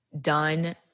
done